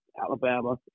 Alabama